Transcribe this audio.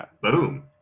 boom